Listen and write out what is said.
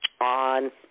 on